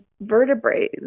vertebrae